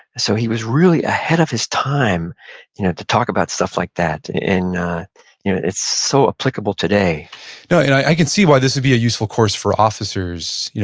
so he was really ahead of his time you know to talk about stuff like that. you know it's so applicable today yeah and i can see why this would be a useful course for officers.